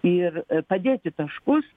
ir padėti taškus